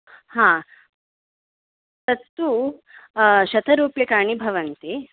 हा तत्तु शत रूप्यकाणि भवन्ति